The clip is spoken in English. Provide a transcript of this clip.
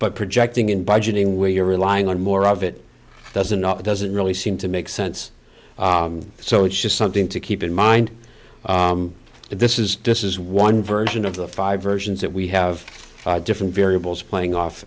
but projecting in budgeting where you're relying on more of it doesn't know it doesn't really seem to make sense so it's just something to keep in mind that this is this is one version of the five versions that we have different variables playing off